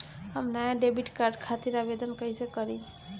हम नया debit card खातिर आवेदन कईसे करी?